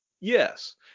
yes